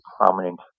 prominent